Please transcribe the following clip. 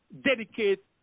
dedicate